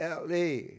LA